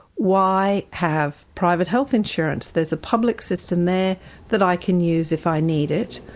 why have private health insurance? there's a public system there that i can use if i need it.